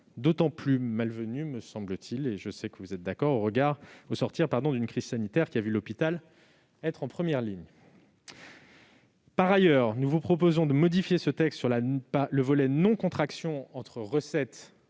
d'autant plus malvenu, me semble-t-il, et je sais que vous en êtes d'accord, au sortir d'une crise sanitaire qui a vu l'hôpital être en première ligne. Par ailleurs, nous vous proposons de modifier le texte sur la non-contraction des recettes et